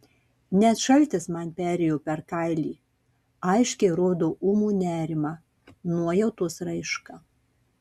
net šaltis man perėjo per kailį aiškiai rodo ūmų nerimą nuojautos raišką